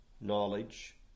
knowledge